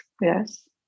yes